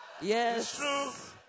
yes